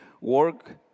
work